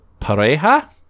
Pareja